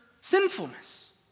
sinfulness